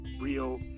real